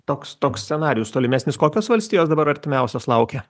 toks toks scenarijus tolimesnis kokios valstijos dabar artimiausios laukia